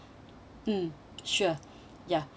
mm sure ya